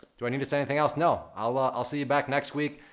do i need to say anything else? no, i'll ah i'll see you back next week,